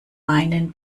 meinen